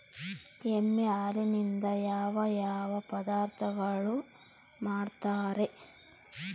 ಎಮ್ಮೆ ಹಾಲಿನಿಂದ ಯಾವ ಯಾವ ಪದಾರ್ಥಗಳು ಮಾಡ್ತಾರೆ?